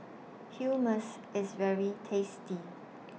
Hummus IS very tasty